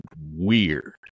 weird